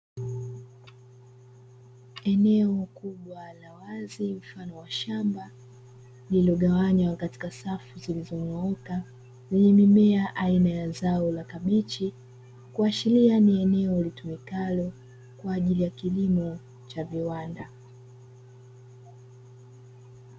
Eneo kubwa la wazi mfano wa shamba lililogawanywa katika safu zilizonyooka, lenye mimea aina ya zao la kabichi kuashiria ni eneo litumikalo kwa ajili ya kilimo cha viwanda.